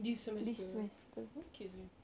this semester okay seh